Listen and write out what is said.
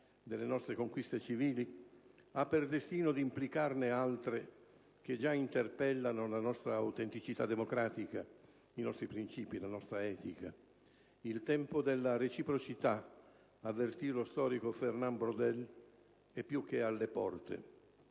delle nostre conquiste civili ha per destino d'implicarne altre che già interpellano la nostra autenticità democratica, i nostri principi, la nostra etica. "Il tempo della reciprocità - avvertì lo storico Fernand Braudel - è più che alle porte".